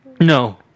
No